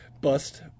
bust